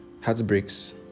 heartbreaks